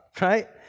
right